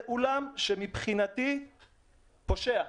זה אולם שמבחינתי הוא פושע.